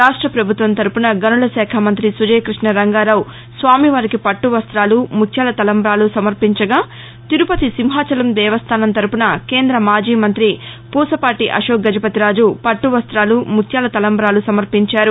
రాష్ట ప్రభుత్వం తరపున గనుల శాఖ మంతి సుజయకృష్ణ రంగారవు స్వామివారికి పట్టు వస్తాలు ముత్యాల తలంబాలు సమర్పించగా తిరుపతి సింహాచలం దేవస్టానం తరఫున కేంద్ర మాజీ మంత్రి పూసపాటి అశోక్ గజపతి రాజు పట్టు వస్తాలు ముత్యాల తలంబాలు సమర్పించారు